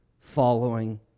following